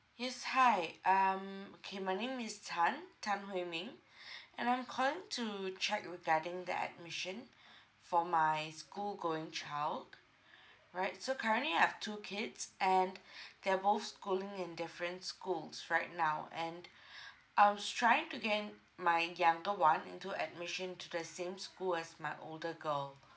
yes hi um okay my name is tan tan hui ming and I'm calling to check regarding the admission for my school going child right so currently I have two kids and they're both schooling in different schools right now and I was trying to get in my younger one into admission to the same school as my older girl